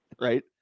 Right